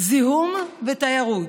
זיהום ותיירות.